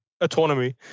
autonomy